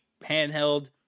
handheld